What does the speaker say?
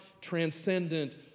transcendent